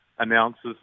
Announces